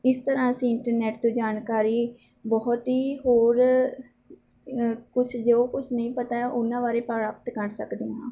ਇਸ ਤਰ੍ਹਾਂ ਅਸੀਂ ਇੰਟਰਨੈਟ ਤੋਂ ਜਾਣਕਾਰੀ ਬਹੁਤ ਹੀ ਹੋਰ ਕੁਛ ਜੋ ਕੁਛ ਨਹੀਂ ਪਤਾ ਉਹਨਾਂ ਬਾਰੇ ਪ੍ਰਾਪਤ ਕਰ ਸਕਦੇ ਹਾਂ